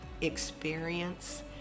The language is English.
experience